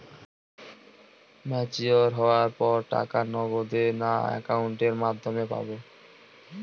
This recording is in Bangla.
ম্যচিওর হওয়ার পর টাকা নগদে না অ্যাকাউন্টের মাধ্যমে পাবো?